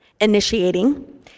Initiating